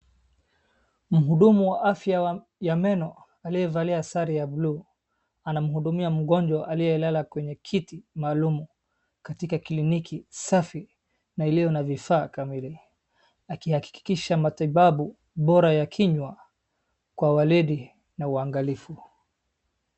Mhudumu wa afya ya meno, aliyevalia sare ya blue , anamhudumia mgonjwa aliyelala kwenye kiti maalumu, katika kliniki safi, na iliyo na vifaa kamili, akihakikisha matibabu bora ya kinywa kwa waridi na uangalifu.